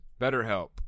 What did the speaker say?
BetterHelp